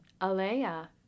Alea